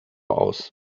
aus